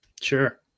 Sure